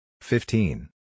fifteen